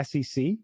SEC